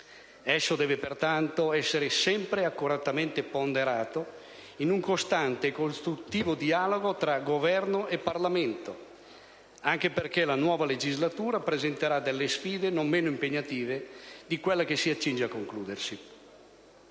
Esso deve pertanto essere sempre accuratamente ponderato in un costante e costruttivo dialogo tra Governo e Parlamento, anche perché la nuova legislatura presenterà delle sfide non meno impegnative di quella che si accinge a concludersi.